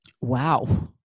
Wow